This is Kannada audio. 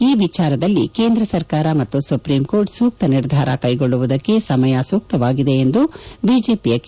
ಈ ವಿಚಾರದಲ್ಲಿ ಕೇಂದ್ರ ಸರ್ಕಾರ ಮತ್ತು ಸುಪ್ರೀಂ ಕೋರ್ಟ್ ಸೂಕ್ತ ನಿರ್ಧಾರ ಕೈಗೊಳ್ಳುವುದಕ್ಕೆ ಸಮಯ ಸೂಕ್ತವಾಗಿದೆ ಎಂದು ಬಿಜೆಪಿಯ ಕೆ